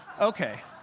Okay